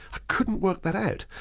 i couldn't work that out.